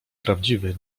prawdziwy